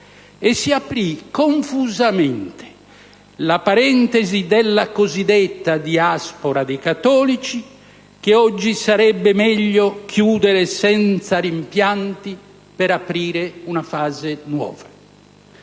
e si aprì confusamente la parentesi della cosiddetta diaspora dei cattolici, che oggi sarebbe meglio chiudere senza rimpianti per aprire una fase nuova.